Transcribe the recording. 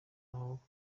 amaboko